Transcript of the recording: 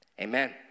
amen